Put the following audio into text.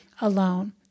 alone